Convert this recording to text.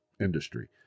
industry